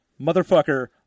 motherfucker